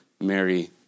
Mary